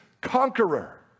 conqueror